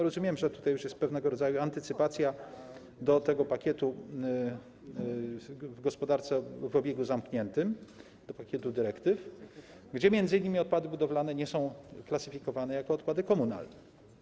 Rozumiem, że tutaj jest pewnego rodzaju antycypacja pakietu w gospodarce w obiegu zamkniętym, pakietu dyrektyw, zgodnie z którymi m.in. odpady budowlane nie są klasyfikowane jako odpady komunalne.